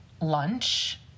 lunch